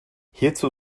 hierzu